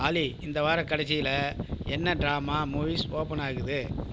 ஆலி இந்த வார கடைசியில் என்ன டிராமா மூவீஸ் ஓபன் ஆகுது